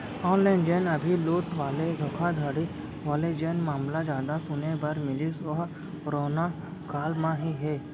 online जेन अभी लूट वाले धोखाघड़ी वाले जेन मामला जादा सुने बर मिलिस ओहा करोना काल म ही हे